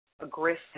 aggressive